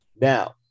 Now